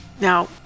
Now